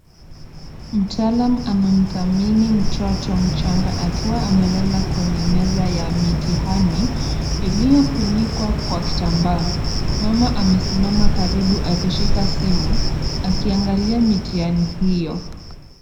Mtaalamu anamthamini mtoto mchanga akiwa amelala kwenye meza ya mitihani iliyofunikwa kwa kitambaa . Mama amesimama karibu akishika simu akiangalia mitihani hiyo.